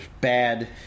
bad